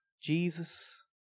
Jesus